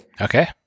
Okay